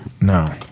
No